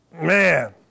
Man